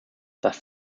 das